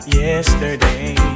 yesterday